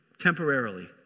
temporarily